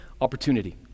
opportunity